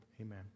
Amen